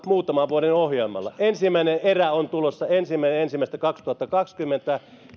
muutaman vuoden ohjelmalla ensimmäinen erä on tulossa ensimmäinen ensimmäistä kaksituhattakaksikymmentä